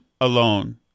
alone